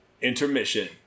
Intermission